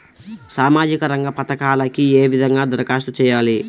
సామాజిక రంగ పథకాలకీ ఏ విధంగా ధరఖాస్తు చేయాలి?